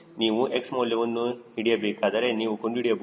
ನೀವು x ಮೌಲ್ಯವನ್ನು ಹಿಡಿಯಬೇಕಾದರೆ ನೀವು ಕಂಡುಹಿಡಿಯಬಹುದು ಅದರ ಮೌಲ್ಯವು 0